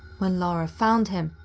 when lara found him,